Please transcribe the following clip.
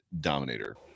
dominator